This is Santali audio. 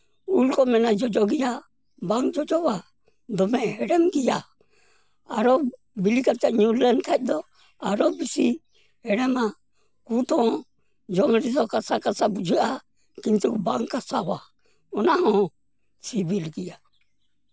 ᱩᱞ ᱠᱚ ᱢᱮᱱᱟᱜᱼᱟ ᱡᱚᱡᱚ ᱜᱮᱭᱟ ᱵᱟᱝ ᱡᱚᱡᱚᱣᱟ ᱫᱚᱢᱮ ᱦᱮᱲᱮᱢ ᱜᱮᱭᱟ ᱟᱨᱚ ᱵᱤᱞᱤ ᱠᱟᱛᱮ ᱧᱩᱨ ᱞᱮᱱᱠᱷᱟᱱ ᱫᱚ ᱟᱨᱚ ᱵᱮᱥᱤ ᱦᱮᱲᱮᱢᱟ ᱠᱩᱫᱽ ᱦᱚᱸ ᱡᱚᱢ ᱨᱮᱫᱚ ᱠᱟᱥᱟ ᱠᱟᱥᱟ ᱵᱩᱡᱷᱟᱹᱜᱼᱟ ᱠᱤᱱᱛᱩ ᱵᱟᱝ ᱠᱟᱥᱟᱣᱟ ᱚᱱᱟᱦᱚᱸ ᱥᱤᱵᱤᱞ ᱜᱮᱭᱟ